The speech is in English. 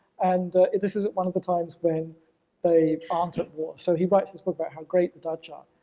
and this is at one of the times when they aren't at war. so he writes this book about how great the dutch are,